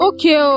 Okay